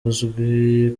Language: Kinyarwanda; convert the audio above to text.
uzwi